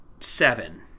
seven